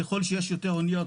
ככל שיש יותר אניות,